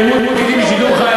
בעימות אתי בשידור חי,